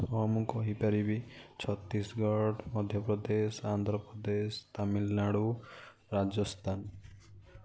ହଁ ମୁଁ କହିପାରିବି ଛତିଶଗଡ଼ ମଧ୍ୟପ୍ରଦେଶ ଆନ୍ଧ୍ରପ୍ରଦେଶ ତାମିଲନାଡ଼ୁ ରାଜସ୍ଥାନ